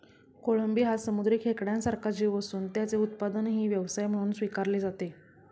कोळंबी हा समुद्री खेकड्यासारखा जीव असून त्याचे उत्पादनही व्यवसाय म्हणून स्वीकारले जाते